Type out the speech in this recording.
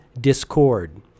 discord